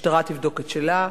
המשטרה תבדוק את שלה,